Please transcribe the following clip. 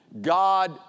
God